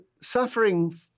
Suffering